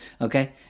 okay